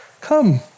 come